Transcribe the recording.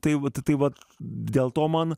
tai vat tai vat dėl to man